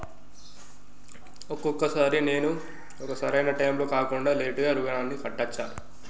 ఒక్కొక సారి నేను ఒక సరైనా టైంలో కాకుండా లేటుగా రుణాన్ని కట్టచ్చా?